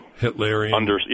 Hitlerian